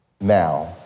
Now